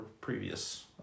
previous